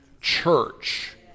church